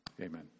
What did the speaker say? amen